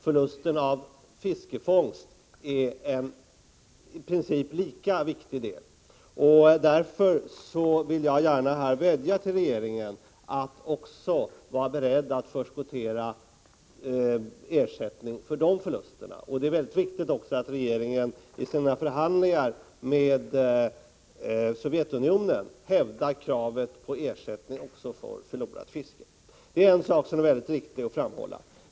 Förlusten av fiskefångst är en i princip lika viktig del. Därför vill jag vädja till regeringen att vara beredd att också förskottera ersättning för de förlusterna. Det är mycket viktigt att regeringen i sina förhandlingar med Sovjetunionen hävdar kravet på ersättning också för förlorat fiske. Det är en sak som är mycket väsentlig.